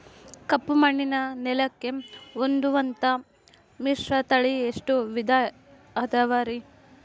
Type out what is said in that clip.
ಕಪ್ಪುಮಣ್ಣಿನ ನೆಲಕ್ಕೆ ಹೊಂದುವಂಥ ಮಿಶ್ರತಳಿ ಎಷ್ಟು ವಿಧ ಅದವರಿ?